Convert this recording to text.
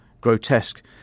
grotesque